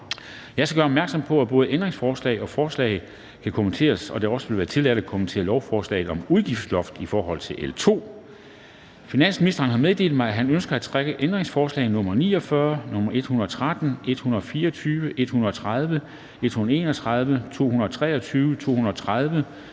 Jeg skal gøre opmærksom på, at både ændringsforslag og forslag kan kommenteres, og at det også vil være tilladt at kommentere lovforslaget om udgiftsloft i forhold til L 2. Finansministeren har meddelt mig, at han ønsker at trække ændringsforslag nr. 49, 113, 124, 130, 131, 223, 230,